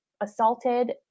assaulted